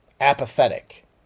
apathetic